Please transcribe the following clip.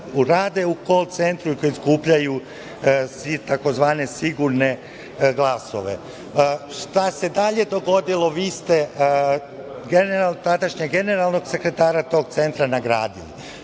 rade u kol-centru i koji skupljaju tzv. sigurne glasove. Šta se dalje dogodilo? Vi ste tadašnjeg generalnog sekretara tog centra nagradili.